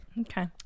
Okay